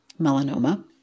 melanoma